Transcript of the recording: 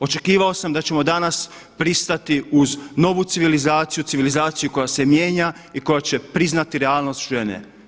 Očekivao sam da ćemo danas pristati uz novu civilizaciju, civilizaciju koja se mijenja i koja će priznati realnost žene.